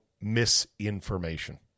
misinformation